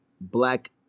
black